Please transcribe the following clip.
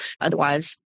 Otherwise